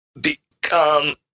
become